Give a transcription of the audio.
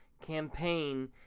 campaign